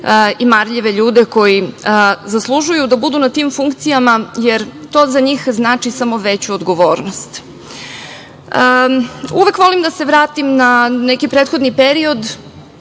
i marljive ljude koji zaslužuju da budu na tim funkcijama, jer to za njih znači samo veću odgovornost. Uvek volim da se vratim na neki prethodni period